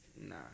Nah